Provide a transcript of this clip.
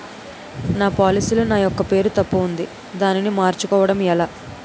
నా పోలసీ లో నా యెక్క పేరు తప్పు ఉంది దానిని మార్చు కోవటం ఎలా?